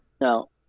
no